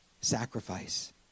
sacrifice